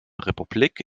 republik